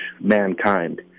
mankind